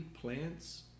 plants